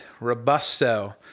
Robusto